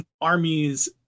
armies